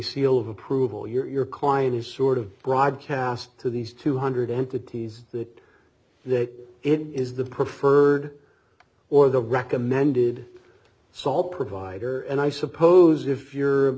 seal of approval your client is sort of broadcast to these two hundred entities that the it is the preferred or the recommended sol provider and i suppose if you're